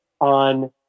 on